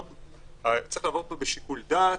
זה צריך לעבוד פה בשיקול דעת.